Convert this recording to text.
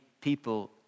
people